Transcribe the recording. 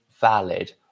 valid